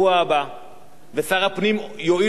ושר הפנים יואיל להודיע לנו שהוא מגיע.